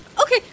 Okay